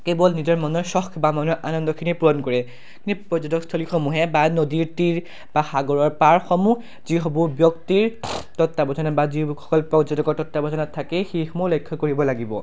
কেৱল নিজৰ মনৰ চখ বা মনৰ আনন্দখিনি পূৰণ কৰে এই পৰ্যটকস্থলীসমূহে বা নদীৰ তীৰ বা সাগৰৰ পাৰসমূহ যিসমূহ ব্যক্তিৰ তত্বাৱধানত বা যিসকল পৰ্যটকৰ তত্বাৱধানত থাকে সেইসমূহ লক্ষ্য কৰিব লাগিব